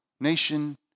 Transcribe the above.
nation